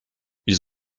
ils